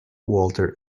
walter